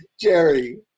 jerry